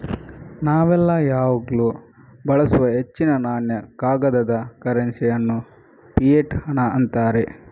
ನಾವೆಲ್ಲ ಯಾವಾಗ್ಲೂ ಬಳಸುವ ಹೆಚ್ಚಿನ ನಾಣ್ಯ, ಕಾಗದದ ಕರೆನ್ಸಿ ಅನ್ನು ಫಿಯಟ್ ಹಣ ಅಂತಾರೆ